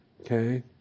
okay